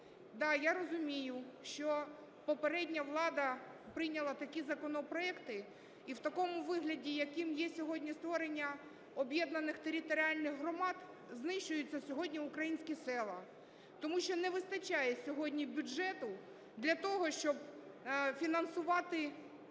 Да, я розумію, що попередня влада прийняла такі законопроекти, і в такому вигляді, яким є сьогодні створення об'єднаних територіальних громад, знищуються сьогодні українські села. Тому що не вистачає сьогодні бюджету для того, щоб фінансувати